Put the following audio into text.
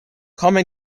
common